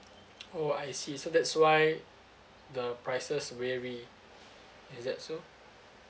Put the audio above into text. oh I see so that's why the prices vary is that so